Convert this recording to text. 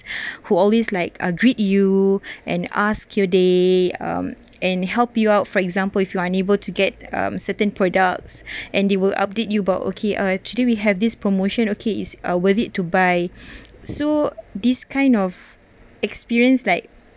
who always like uh greet you and ask your day um and help you out for example if you are unable to get um certain products and they will update you about okay uh today we have this promotion okay is a worth it to buy so this kind of experience like